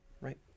right